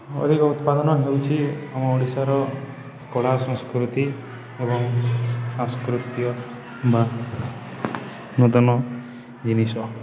ଅଧିକ ଉତ୍ପାଦନ ହେଉଛିି ଆମ ଓଡ଼ିଶାର କଳା ସଂସ୍କୃତି ଏବଂ ସାଂସ୍କୃତି ବା ନୂତନ ଜିନିଷ